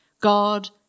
God